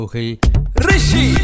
Rishi